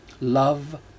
Love